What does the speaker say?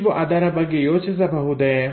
ನೀವು ಅದರ ಬಗ್ಗೆ ಯೋಚಿಸಬಹುದೇ